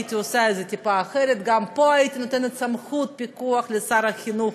הייתי עושה את זה טיפה אחרת: גם פה הייתי נותנת סמכות פיקוח לשר החינוך,